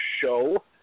Show